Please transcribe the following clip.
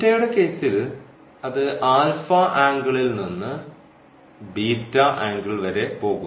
യുടെ കേസിൽ അത് ആംഗിളിൽ നിന്ന് ആംഗിൾ വരെ പോകുന്നു